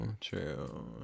True